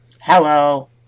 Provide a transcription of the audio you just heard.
Hello